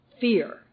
Fear